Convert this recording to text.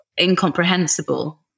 incomprehensible